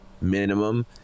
minimum